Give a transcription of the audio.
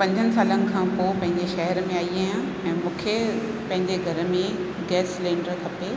पंजनि सालनि खां पोइ पंहिंजे शहर में आई आहियां ऐं मूंखे पंहिंजे घर में गैस सिलेंडर खपे